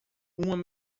uma